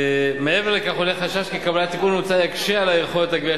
מעבר לכך עולה חשש כי קבלת התיקון המוצע תקשה את יכולת הגבייה